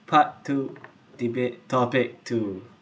part two debate topic two